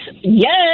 Yes